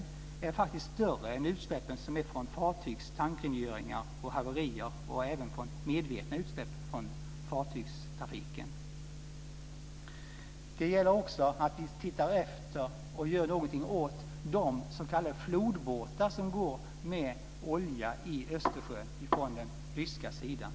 De är faktiskt större än utsläppen från fartygens tankrengöringar och haverier och även medvetna utsläpp från fartygstrafiken. Det gäller också att vi undersöker och gör något åt de s.k. flodbåtar som går med olja i Östersjön från den ryska sidan.